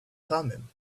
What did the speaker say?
thummim